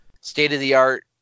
state-of-the-art